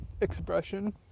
expression